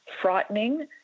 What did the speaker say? frightening